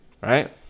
Right